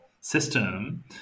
system